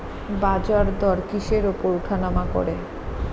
বাজারদর কিসের উপর উঠানামা করে?